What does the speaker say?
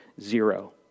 zero